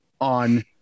on